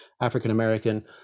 african-american